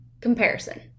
comparison